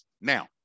Now